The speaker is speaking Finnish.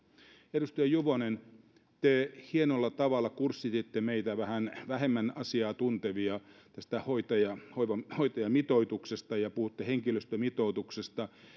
edustaja juvonen te hienolla tavalla kurssititte meitä vähän vähemmän asiaa tuntevia tästä hoitajamitoituksesta ja puhuitte henkilöstömitoituksesta